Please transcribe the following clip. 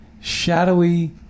shadowy